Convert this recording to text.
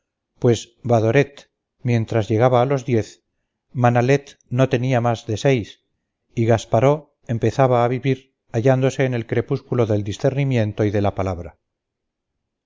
pues badoret apenas llegaba a los diez manalet no tenía más de seis y gasparó empezaba a vivir hallándose en el crepúsculo del discernimiento y de la palabra